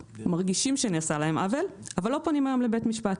ומרגישים שנעשה להם עוול אבל לא פונים היום לבית משפט.